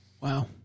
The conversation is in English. Wow